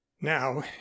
Now